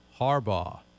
Harbaugh